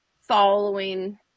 following